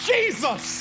Jesus